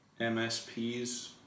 MSPs